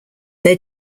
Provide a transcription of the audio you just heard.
their